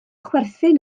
chwerthin